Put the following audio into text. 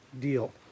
deal